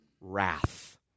wrath